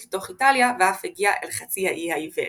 לתוך איטליה ואף הגיעה אל חצי האי האיברי.